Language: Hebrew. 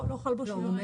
לא חל בו שינוי.